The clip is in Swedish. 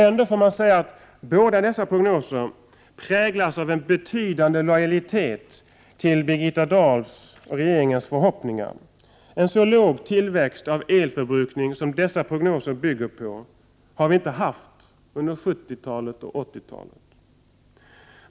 Ändå får man säga att båda dessa prognoser präglas av en betydande lojalitet till Birgitta Dahls och regeringens förhoppningar. En så låg tillväxt av elförbrukning som dessa prognoser bygger på har vi inte haft under 1970 och 1980-talet.